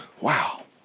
Wow